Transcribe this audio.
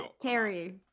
Terry